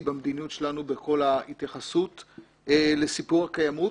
במדיניות שלנו בכל ההתייחסות לסיפור הקיימות.